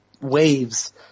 waves